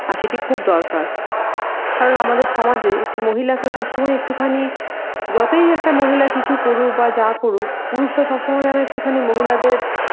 আর সেটি খুব দরকার কারণ আমাদের সমাজে একটি মহিলাকে সবসময় একটুখানি যতই একটা মহিলা কিছু করুক বা যা করুক পুরুষরা সবসময় যেন একটুখানি মহিলাদের